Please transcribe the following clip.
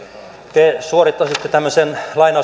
te suorittaisitte tämmöisen